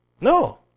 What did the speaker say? No